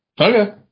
Okay